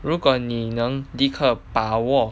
如果你能立刻把握